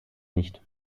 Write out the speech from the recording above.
nicht